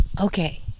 Okay